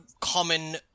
common